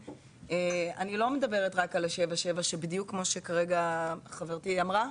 אני לא מדברת רק על ה-77 שבדיוק כמו שכרגע חברתי אמרה,